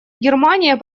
германия